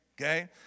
okay